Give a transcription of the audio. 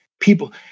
people